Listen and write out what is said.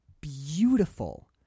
beautiful